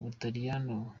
ubutaliyano